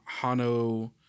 Hano